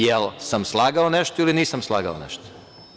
Jesam li slagao nešto ili nisam slagao nešto?